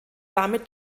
damit